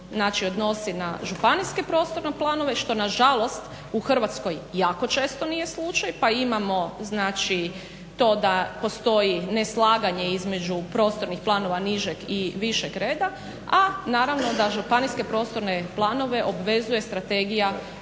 odnosi na županijske prostorne planove što nažalost u Hrvatskoj jako često nije slučaj pa imamo znači to da postoji neslaganje između prostornih planova nižeg i višeg reda, a naravno da županijske prostorne planove obvezuje Strategija